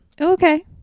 okay